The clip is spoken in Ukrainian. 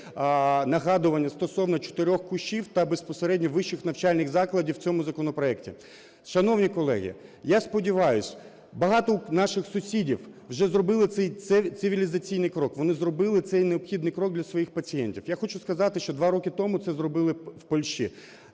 нагадування стосовно чотирьох кущів та безпосередньо вищих навчальних закладів в цьому законопроекті. Шановні колеги, я сподіваюсь, багато наших сусідів вже зробили цей цивілізаційний крок, вони зробили цей необхідний крок для своїх пацієнтів. Я хочу сказати, що два роки тому це зробили в Польщі,